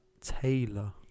taylor